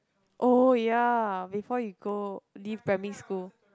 oh ya before you go leave primary school